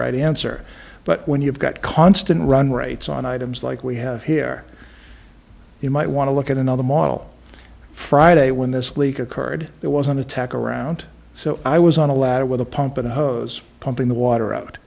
right answer but when you've got constant run rates on items like we have here you might want to look at another model friday when this leak occurred there was an attack around so i was on a ladder with a pump and a hose pumping the water out